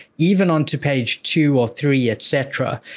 even onto page two or three, et cetera.